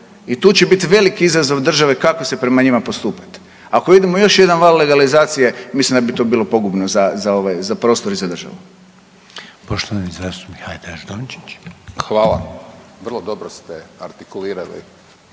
i tu će biti veliki izazov države kako se prema njima postupati. Ako idemo još jedan val legalizacije mislim da bi to bilo pogubno za prostor i za državu. **Reiner, Željko (HDZ)** Poštovani zastupnik